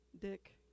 Dick